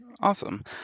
Awesome